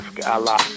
Allah